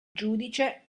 giudice